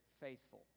faithful